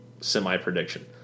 semi-prediction